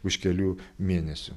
už kelių mėnesių